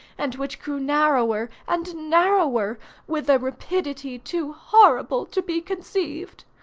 and which grew narrower and narrower with a rapidity too horrible to be conceived.